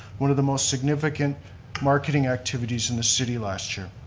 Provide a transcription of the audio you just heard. one of the most significant marketing activities in the city last year.